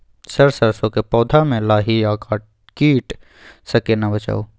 Sir सरसो के पौधा में लाही आ कीट स केना बचाऊ?